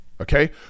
okay